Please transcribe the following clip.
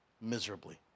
miserably